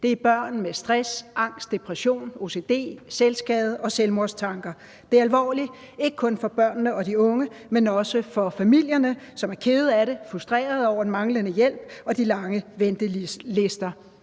Det er børn med stress, angst, depression, ocd, selvskade og selvmordstanker. Det er alvorligt, ikke kun for børnene og de unge, men også for familierne, som er kede af det, frustrerede over den manglede hjælp og de lange ventelister.